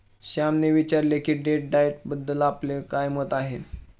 श्यामने विचारले की डेट डाएटबद्दल आपले काय मत आहे?